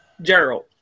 Gerald